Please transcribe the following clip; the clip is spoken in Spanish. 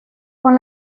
con